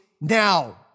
now